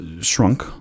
shrunk